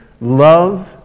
love